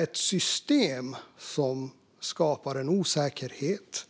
Ett system som skapar osäkerhet